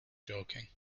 joking